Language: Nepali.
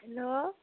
हेलो